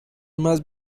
más